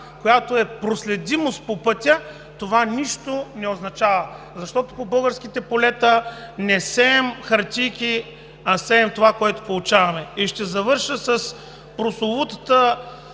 която е проследимост по пътя, това не означава нищо, защото по българските полета не сеем хартийки, а сеем това, което получаваме. Ще завърша с прословутата